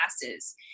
classes